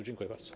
Dziękuję bardzo.